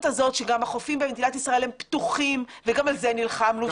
הזאת שגם החופים במדינת ישראל הם פתוחים וגם על זה נלחמנו,